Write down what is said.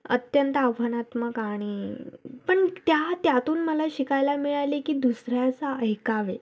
अत्यंत आव्हानात्मक आणि पण त्या त्यातून मला शिकायला मिळाले की दुसऱ्याचं ऐकावे